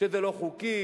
שזה לא חוקי,